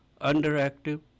underactive